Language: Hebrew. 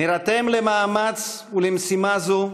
נירתם למאמץ ולמשימה זו,